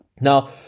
Now